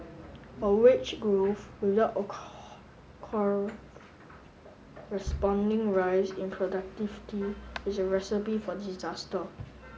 but wage growth without a corresponding rise in productivity is a recipe for disaster